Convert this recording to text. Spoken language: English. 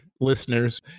listeners